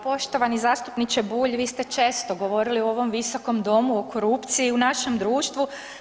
Poštovani zastupniče Bulj, vi ste često govorili u ovom visokom domu o korupciji u našem društvu.